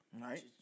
Right